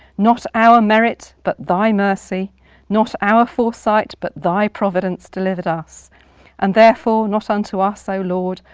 not our merit, but thy mercy not our foresight, but thy providence, delivered us and therefore not unto us, o lord,